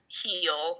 heal